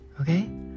okay